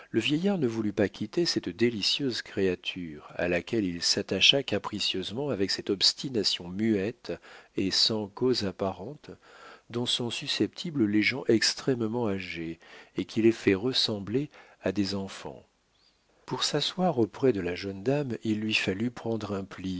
le vieillard ne voulut pas quitter cette délicieuse créature à laquelle il s'attacha capricieusement avec cette obstination muette et sans cause apparente dont sont susceptibles les gens extrêmement âgés et qui les fait ressembler à des enfants pour s'asseoir auprès de la jeune dame il lui fallut prendre un pliant